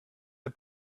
had